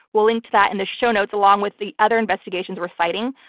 we'll link to that in the show notes along with the other investigations we're citing.